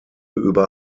über